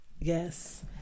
Yes